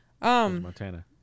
Montana